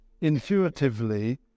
intuitively